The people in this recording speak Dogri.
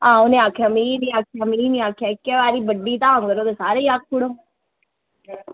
आं भी उन्ने आक्खना मिगी निं आक्खेआ मिगी निं आक्खेआ इक्कै बारी बड्डी धाम करो ते सारेंगी आक्खो